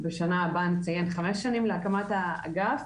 בשנה הבאה נציין חמש שנים להקמת האגף.